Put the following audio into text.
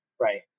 Right